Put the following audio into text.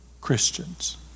Christians